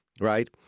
Right